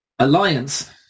Alliance